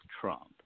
Trump